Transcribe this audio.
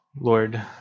Lord